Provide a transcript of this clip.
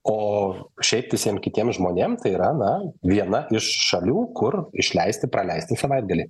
o šiaip visiem kitiem žmonėm tai yra na viena iš šalių kur išleisti praleisti savaitgalį